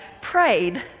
prayed